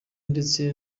ndetse